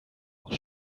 auch